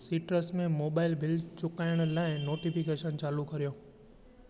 citrus में mobile bill चुकाइण लाइ नोटिफिकेशन चालू करियो